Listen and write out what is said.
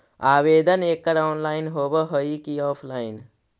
आवेदन एकड़ ऑनलाइन होव हइ की ऑफलाइन?